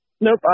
Nope